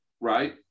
right